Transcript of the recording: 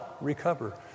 recover